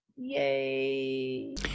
yay